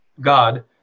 God